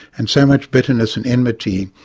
and so much bitterness and enmity.